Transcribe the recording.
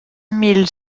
mille